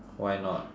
why not